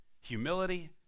humility